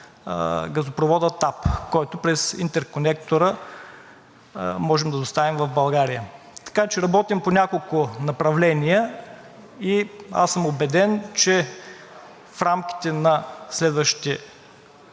газопровода ТАП, който през интерконектора можем да доставим в България. Работим по няколко направления и аз съм убеден, че в рамките на следващите